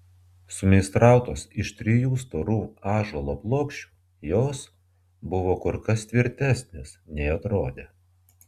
sumeistrautos iš trijų storų ąžuolo plokščių jos buvo kur kas tvirtesnės nei atrodė